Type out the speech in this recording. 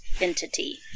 entity